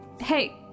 Hey